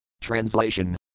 Translation